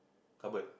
cupboard